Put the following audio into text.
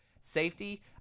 Safety